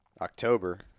October